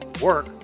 work